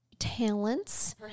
talents